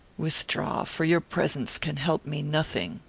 withdraw, for your presence can help me nothing.